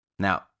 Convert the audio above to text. Now